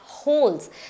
holes